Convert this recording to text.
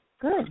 Good